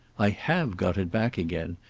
i have got it back again,